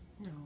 No